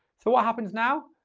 so what happens now?